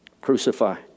crucify